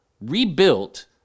rebuilt